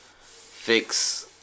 fix